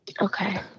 Okay